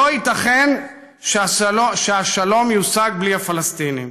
לא ייתכן שהשלום יושג בלי הפלסטינים.